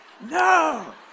no